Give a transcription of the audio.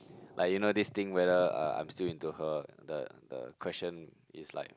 like you know this thing whether uh I'm still into her the the question is like